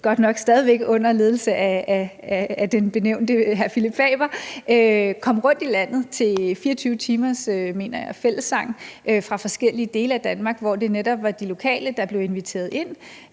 godt nok stadig under ledelse af den nævnte Phillip Faber – nemlig at komme rundt i landet til 24 timers fællessang, mener jeg det var, fra forskellige dele af Danmark, hvor det netop var de lokale, der blev inviteret ind